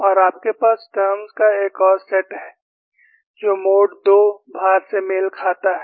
और आपके पास टर्म्स का एक और सेट है जो मोड 2 भार से मेल खाता है